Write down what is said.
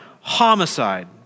homicide